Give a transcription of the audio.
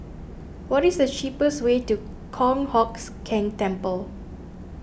what is the cheapest way to Kong Hocks Keng Temple